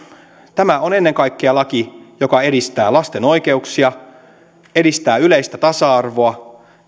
tämä on ennen kaikkea laki joka edistää lasten oikeuksia edistää yleistä tasa arvoa